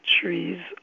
trees